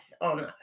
on